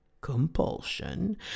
compulsion